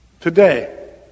Today